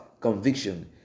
conviction